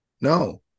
no